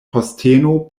posteno